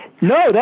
no